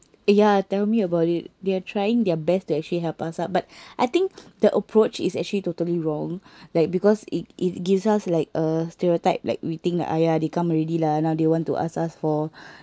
yeah tell me about it they are trying their best to actually help us ah but I think the approach is actually totally wrong like because it it gives us like a stereotype like we think like !aiya! they come already lah now they want to ask us for